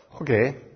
Okay